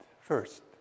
first